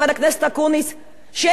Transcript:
שאין פה הרבה חברים שלך כדי שישמעו.